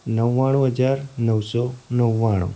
નવ્વાણું હજાર નવસો નવ્વાણું